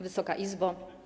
Wysoka Izbo!